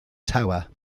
tower